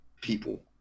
people